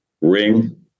ring